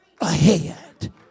ahead